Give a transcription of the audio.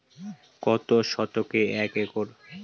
কত শতকে এক একর?